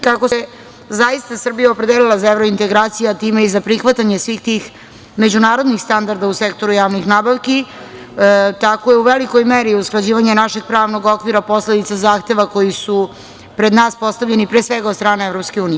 Kako se zaista Srbija opredelila za evrointegracije, a time i za prihvatanje svih tih međunarodnih standarda u sektoru javnih nabavki, tako je u velikoj meri usklađivanje našeg pravnog okvira posledica zahteva koji su pred nas postavljeni pre svega od strane EU.